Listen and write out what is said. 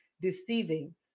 deceiving